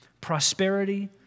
prosperity